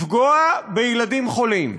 לפגוע בילדים חולים.